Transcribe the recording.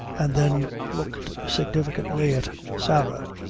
and then looked significantly at sarah,